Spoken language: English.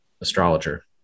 astrologer